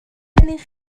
gennych